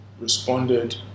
responded